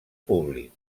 públic